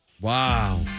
Wow